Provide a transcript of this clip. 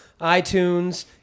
iTunes